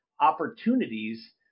opportunities